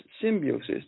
symbiosis